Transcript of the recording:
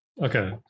Okay